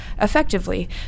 effectively